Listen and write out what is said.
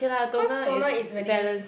cause toner is really